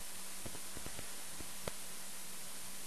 הימים